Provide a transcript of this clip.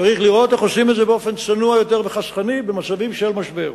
צריך לראות איך עושים את זה באופן צנוע יותר וחסכני במצבים של משבר.